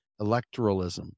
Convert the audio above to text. electoralism